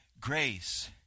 grace